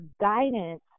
guidance